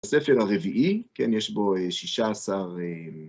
הספר הרביעי, כן, יש בו 16...